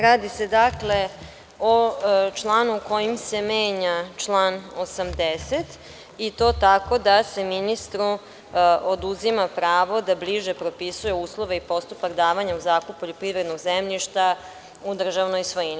Radi se dakle o članu kojim se menja član 80, i to tako da se ministru oduzima pravo da bliže propisuje uslove i postupak davanja u zakup poljoprivrednog zemljišta u državnoj svojini.